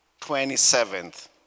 27th